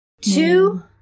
Two